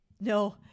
no